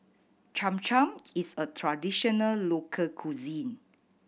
Cham Cham is a traditional local cuisine